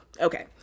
okay